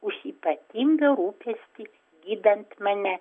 už ypatingą rūpestį gydant mane